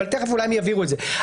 אבל תכף אולי הם יבהירו את זה.